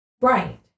Right